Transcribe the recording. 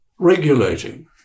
Regulating